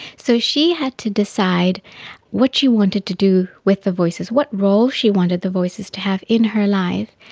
so she had to decide what she wanted to do with the voices, what role she wanted the voices to have in her life.